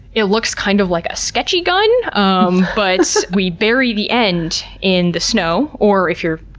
it looks kind of like a sketchy gun. um but so we bury the end in the snow or if you're,